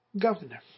governor